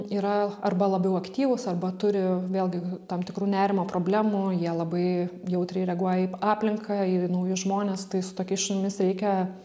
yra arba labiau aktyvūs arba turi vėlgi tam tikrų nerimo problemų jie labai jautriai reaguoja į aplinką į naujus žmones tai su tokiais šunimis reikia